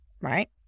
right